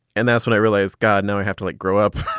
and that's when i realized, god, now i have to, like, grow up